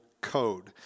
code